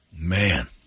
Man